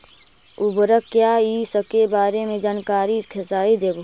उर्वरक क्या इ सके बारे मे जानकारी खेसारी देबहू?